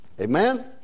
Amen